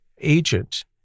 agent